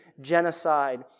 genocide